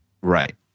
Right